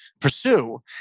pursue